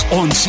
on